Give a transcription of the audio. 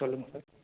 சொல்லுங்கள் சார்